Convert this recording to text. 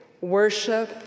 worship